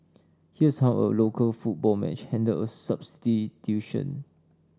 here's how a local football match handled a substitution